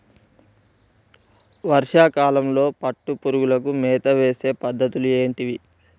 వర్షా కాలంలో పట్టు పురుగులకు మేత వేసే పద్ధతులు ఏంటివి?